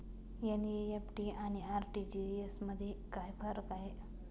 NEFT आणि RTGS मध्ये काय फरक आहे?